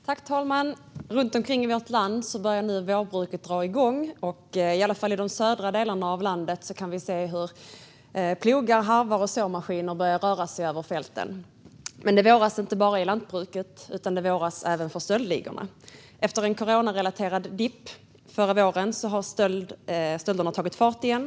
Herr talman! Runt omkring i vårt land börjar nu vårbruket dra igång. I alla fall i de södra delarna av landet kan vi se hur plogar, harvar och såmaskiner börjar röra sig över fälten. Men det våras inte bara i lantbruket, utan det våras även för stöldligorna. Efter en coronarelaterad dipp förra våren har stölderna tagit fart igen.